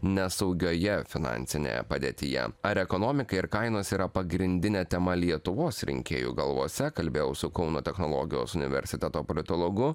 nesaugioje finansinėje padėtyje ar ekonomika ir kainos yra pagrindinė tema lietuvos rinkėjų galvose kalbėjau su kauno technologijos universiteto politologu